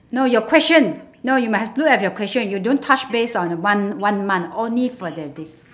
no your question no you must look at your question you don't touch base on one one month only for the day